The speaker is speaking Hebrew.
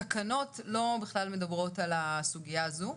התקנות לא מדברות על הסוגיה הזו.